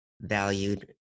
valued